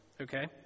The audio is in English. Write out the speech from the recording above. Okay